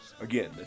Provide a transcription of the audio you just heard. Again